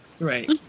Right